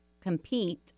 compete